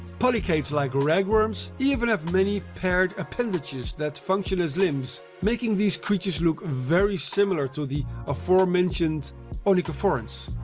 polychaetes like ragworms even have many paired appendages that function as limbs, making these creatures look very similar to the aforementioned onychophorans.